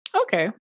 Okay